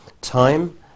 time